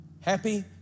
Happy